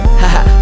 haha